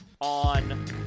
on